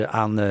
aan